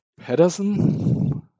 Patterson